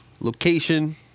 Location